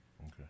Okay